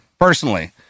personally